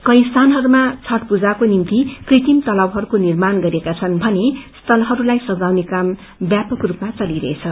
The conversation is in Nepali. धेरै स्थानहरूमा छठ पूजाको निम्ति कृत्रिम तलाउहरूको निर्माण गरिएका छन् र स्थलहरूलाई सजाउने काम व्यापक रूपमा चलिरहेछ